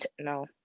No